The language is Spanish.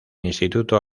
instituto